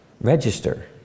register